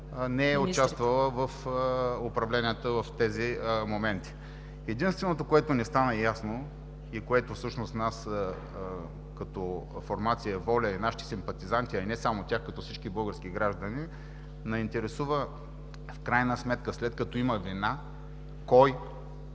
не е участвала в управленията в тези моменти. Единственото, което не стана ясно и което всъщност нас като формация „Воля“ и нашите симпатизанти, а и не само тях, като всички български граждани ни интересува, в крайна сметка, след като има вина, кой